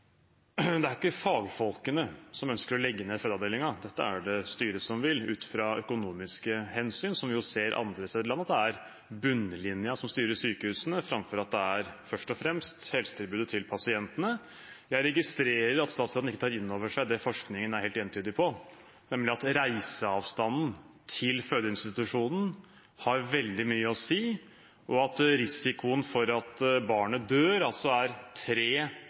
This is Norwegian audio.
Det er ikke fagfolkene som ønsker å legge ned fødeavdelingen. Dette er det styret som vil, ut fra økonomiske hensyn, som vi jo ser andre steder i landet, at det er bunnlinjen som styrer sykehusene, framfor at det først og fremst er helsetilbudet til pasientene. Jeg registrerer at statsråden ikke tar inn over seg det forskningen er helt entydig på, nemlig at reiseavstanden til fødeinstitusjonen har veldig mye å si, og at risikoen for at barnet dør, er tre